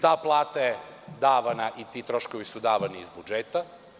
Ta plata i ti troškovi su davani iz budžeta.